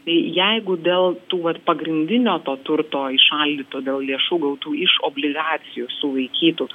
tai jeigu dėl tų vat pagrindinio to turto įšaldyto dėl lėšų gautų iš obligacijų sulaikytų